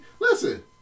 listen